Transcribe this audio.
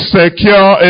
secure